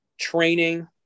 training